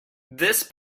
this